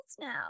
now